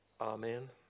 amen